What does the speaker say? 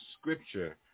scripture